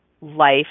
Life